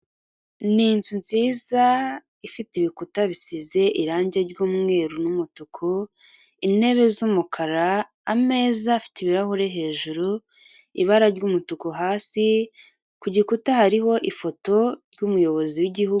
Ni inzu nziza ifite ibikuta bisize irangi ry'umweru n'umutuku, intebe z'umukara, ameza afite ibirahure hejuru, ibara ry'umutuku hasi, kugikuta hariho ifoto y'umuyobozi w'igihugu.